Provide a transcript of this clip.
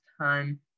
time